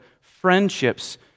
friendships